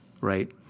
right